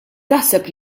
taħseb